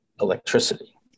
electricity